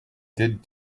did